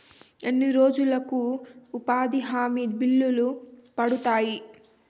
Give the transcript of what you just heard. ఎన్ని రోజులకు ఉపాధి హామీ బిల్లులు పడతాయి?